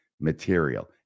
material